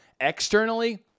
Externally